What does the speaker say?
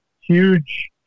huge